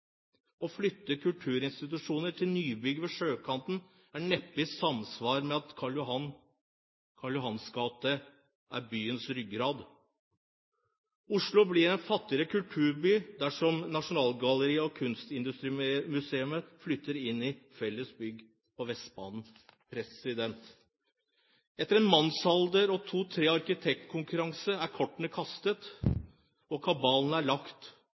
Å flytte kulturinstitusjoner til nybygg ved sjøkanten er neppe i samsvar med at Karl Johans gate er byens ryggrad. Oslo blir en fattigere kulturby dersom Nasjonalgalleriet og Kunstindustrimuseet flytter inn i et fellesbygg på Vestbanen. Etter en mannsalder og to–tre arkitektkonkurranser er kortene kastet, og kabalen er lagt,